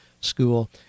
school